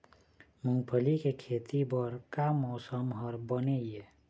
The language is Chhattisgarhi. मूंगफली के खेती बर का मौसम हर बने ये?